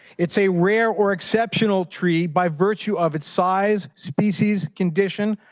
it's a rare or exceptional tree by virtue of its size, species, conditions,